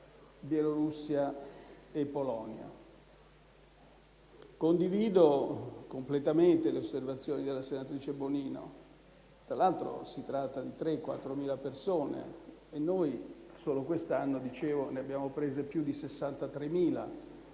tra Russia e Polonia. Condivido completamente le osservazioni della senatrice Bonino. Tra l'altro, si tratta di 3.000-4.000 persone e noi, solo quest'anno, ne abbiamo prese più di 63.000.